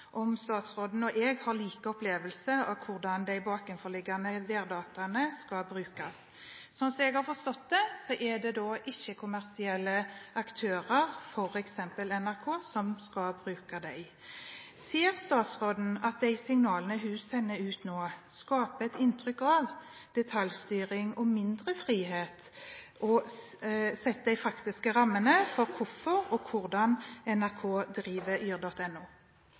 om statsråden og jeg har lik opplevelse av hvordan de bakenforliggende værdataene skal brukes. Slik jeg har forstått det, er det ikke-kommersielle aktører, f.eks. NRK, som skal bruke dem. Ser statsråden at de signalene hun sender ut nå, skaper et inntrykk av detaljstyring og mindre frihet, og setter de faktiske rammene for hvorfor og hvordan NRK driver